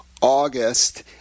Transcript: August